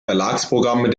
verlagsprogramm